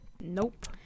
Nope